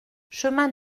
chemin